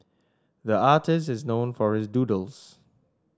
the artist is known for his doodles